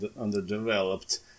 underdeveloped